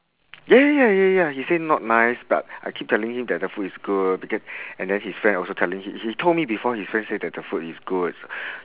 ya ya ya ya ya he say not nice but I keep telling him that the food is good because and then his friend also telling him he he told me before his friend say that the food is good